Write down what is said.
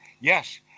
Yes